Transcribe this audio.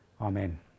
Amen